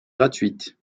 gratuite